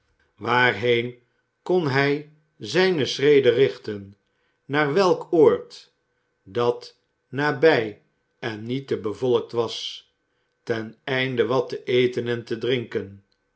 waarheen kon hij zijne schreden richten naar welk oord dat nabij en niet te bevolkt was ten einde wat te eten en te drinken